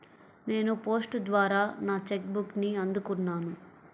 నేను పోస్ట్ ద్వారా నా చెక్ బుక్ని అందుకున్నాను